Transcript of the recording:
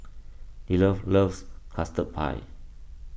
Deondre loves Custard Pie